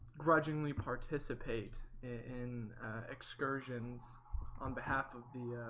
begrudgingly participate in excursions on behalf of the